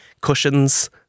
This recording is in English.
Cushions